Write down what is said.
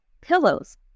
pillows